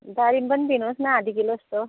दारिम पनि दिनुहोस् न आधा किलो जस्तो